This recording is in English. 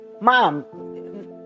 Mom